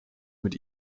mit